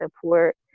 support